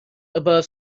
above